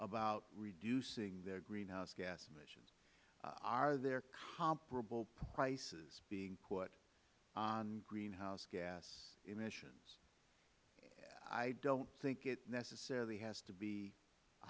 about reducing their greenhouse gas emissions are there comparable prices being put on greenhouse gas emissions i don't think it necessarily has to be a